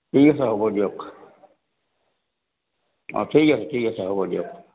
ঠিক আছে হ'ব দিয়ক অ' ঠিক আছে ঠিক আছে হ'ব দিয়ক